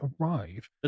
arrive